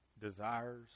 desires